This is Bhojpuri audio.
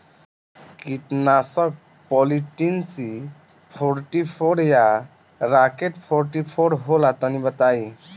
कीटनाशक पॉलीट्रिन सी फोर्टीफ़ोर या राकेट फोर्टीफोर होला तनि बताई?